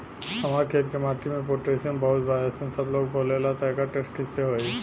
हमार खेत के माटी मे पोटासियम बहुत बा ऐसन सबलोग बोलेला त एकर टेस्ट कैसे होई?